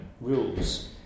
rules